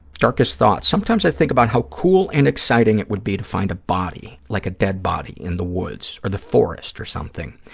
darkest thoughts. sometimes i think about how cool and exciting it would be to find a body, like a dead body in the woods or the forest or something.